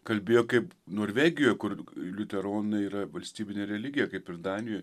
kalbėjo kaip norvegijo kur liuteronai yra valstybinė religija kaip ir danijoj